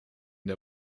der